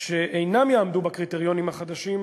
שלא יעמדו בקריטריונים החדשים,